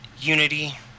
unity